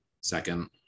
Second